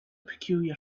peculiar